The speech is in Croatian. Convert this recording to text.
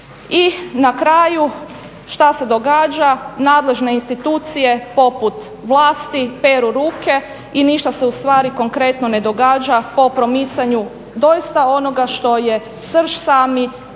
I na kraju što se događa? Nadležne institucije poput vlasti peru ruke i ništa se konkretno ne događa po promicanju doista onoga što je srž sami